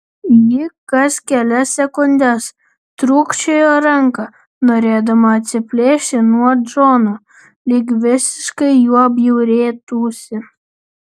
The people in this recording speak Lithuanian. ji kas kelias sekundes trūkčiojo ranką norėdama atsiplėšti nuo džono lyg visiškai juo bjaurėtųsi